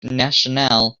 national